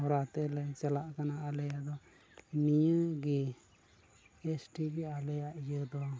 ᱦᱚᱨᱟ ᱛᱮᱞᱮ ᱪᱟᱞᱟᱜ ᱠᱟᱱᱟ ᱟᱞᱮᱭᱟᱜ ᱫᱚ ᱱᱤᱭᱟᱹᱜᱮ ᱮᱥ ᱴᱤ ᱜᱮ ᱟᱞᱮᱭᱟᱜ ᱤᱭᱟᱹ ᱫᱚ